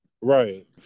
Right